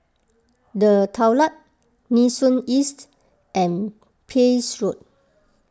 the Daulat Nee Soon East and Pepys Road